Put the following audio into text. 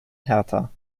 hertha